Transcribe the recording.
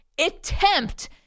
attempt